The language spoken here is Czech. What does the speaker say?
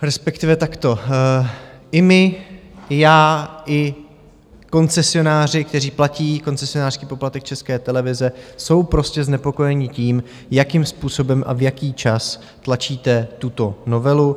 Respektive takto: I my, já i koncesionáři, kteří platí koncesionářský poplatek České televize, jsou prostě znepokojeni tím, jakým způsobem a v jaký čas tlačíte tuto novelu.